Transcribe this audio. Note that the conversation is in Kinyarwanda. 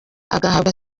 agahabwa